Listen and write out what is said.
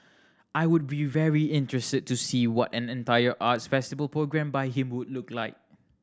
I would be very interested to see what an entire arts festival programmed by him would look like